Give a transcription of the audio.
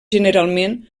generalment